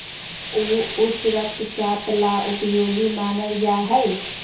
ऊ उच्च रक्तचाप ला उपयोगी मानल जाहई